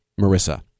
Marissa